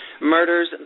murders